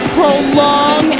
prolong